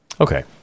Okay